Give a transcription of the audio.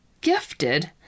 gifted